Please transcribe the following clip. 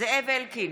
זאב אלקין,